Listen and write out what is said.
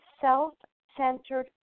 self-centered